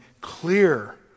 clear